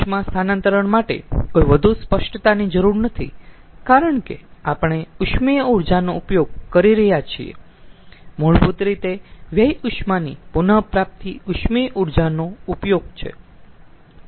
ઉષ્મા સ્થાનાંતરણ માટે કોઈ વધુ સ્પષ્ટતાની જરૂર નથી કારણ કે આપણે ઉષ્મીય ઊર્જાનો ઉપયોગ કરી રહ્યા છીએ મૂળભૂત રીતે વ્યય ઉષ્માની પુન પ્રાપ્તિ ઉષ્મીય ઊર્જાનો ઉપયોગ છે